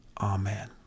Amen